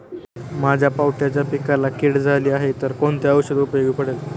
माझ्या पावट्याच्या पिकाला कीड झाली आहे तर कोणते औषध उपयोगी पडेल?